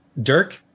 Dirk